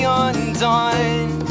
undone